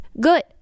good